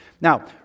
Now